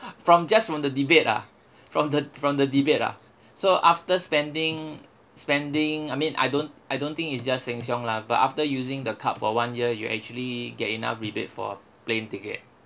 from just from the rebate ah from the from the rebate ah so after spending spending I mean I don't I don't think it's just sheng siong lah but after using the card for one year you actually get enough rebate for plane ticket